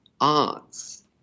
arts